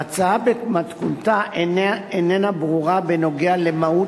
ההצעה במתכונתה איננה ברורה בנוגע למהות